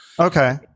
Okay